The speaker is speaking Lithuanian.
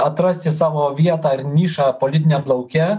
atrasti savo vietą ir nišą politiniam lauke